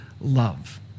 love